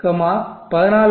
3 14